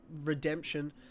redemption